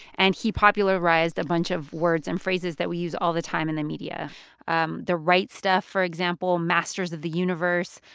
and he popularized a bunch of words and phrases that we use all the time in the media um the right stuff, for example, masters of the universe,